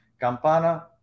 Campana